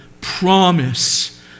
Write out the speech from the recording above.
promise